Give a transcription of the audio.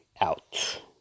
out